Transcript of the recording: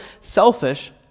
selfish